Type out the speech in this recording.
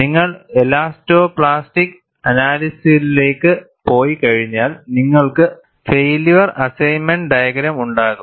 നിങ്ങൾ എലാസ്റ്റോപ്ലാസ്റ്റിക് അനാലിസിസിലേക്ക് പോയിക്കഴിഞ്ഞാൽ നിങ്ങൾക്ക് ഫൈയില്യർ അസ്സെസ്മെന്റ് ഡയഗ്രം ഉണ്ടാകും